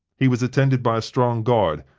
he was attended by a strong guard,